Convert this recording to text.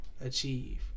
achieve